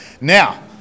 Now